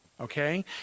Okay